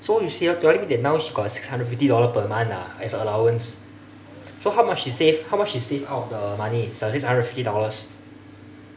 so you see ah telling me that now she got a six hundred fifty dollar per month ah as allowance so how much she save how much she save out of her money the six hundred and fifty dollars